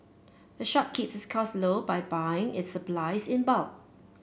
the shop keeps its costs low by buying its supplies in bulk